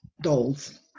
dolls